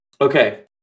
okay